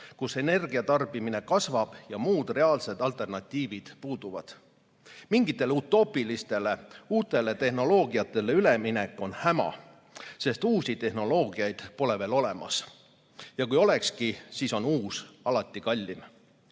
kus energia tarbimine kasvab ja muud reaalsed alternatiivid puuduvad. Mingitele utoopilistele uutele tehnoloogiatele üleminek on häma, sest uusi tehnoloogiaid pole veel olemas. Ja kui olekski, siis on uus alati